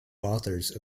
authors